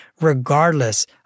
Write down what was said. regardless